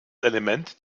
element